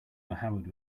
mohammad